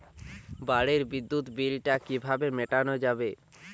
বাড়ির বিদ্যুৎ বিল টা কিভাবে মেটানো যাবে?